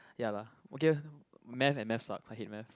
ya lah okay math and math sucks I hate math